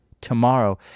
tomorrow